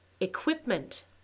Equipment